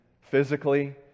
physically